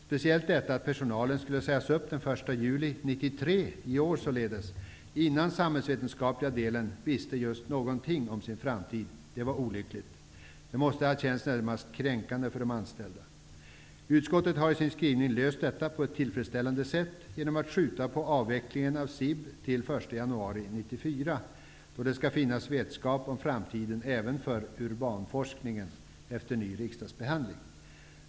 Speciellt detta att personalen skulle sägas upp den 1 juli 1993, i år således, innan den samhällsvetenskapliga delen visste just någonting om sin framtid var olyckligt. Det måste ha känts närmast kränkande för de anställda. Utskottet har i sin skrivning löst detta på ett tillfredsställande sätt genom att skjuta på avvecklingen av SIB till den 1 januari 1994. Då skall det finnas vetskap om framtiden även för urbanforskningen, efter ny riksdagsbehandling.